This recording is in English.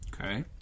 Okay